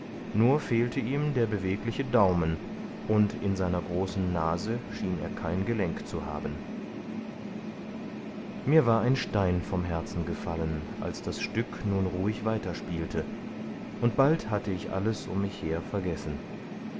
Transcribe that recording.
nur fehlte ihm der bewegliche daumen und in seiner großen nase schien er kein gelenk zu haben mir war ein stein vom herzen gefallen als das stück nun ruhig weiterspielte und bald hatte ich alles um mich her vergessen